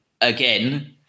again